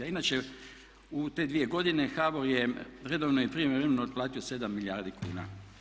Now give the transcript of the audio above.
Inače u te dvije godine HBOR je redovno i prijevremeno otplatio 7 milijardi kuna.